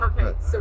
Okay